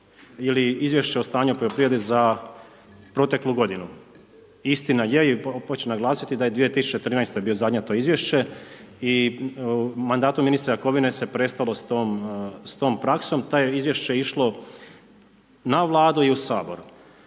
ili izvješće o stanju poljoprivrede za proteklu g. Istina je i hoću naglasiti da je 2013. bilo zadnje to izvješće i u mandatu ministra Jakovine se prestalo s tom praksom, to je izvješće išlo na vladu i u Sabor.